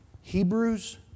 Hebrews